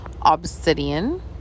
obsidian